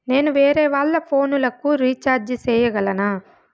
నేను వేరేవాళ్ల ఫోను లకు రీచార్జి సేయగలనా?